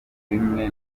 bimwe